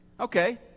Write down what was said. Okay